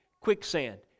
quicksand